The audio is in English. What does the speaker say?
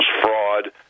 fraud